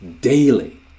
daily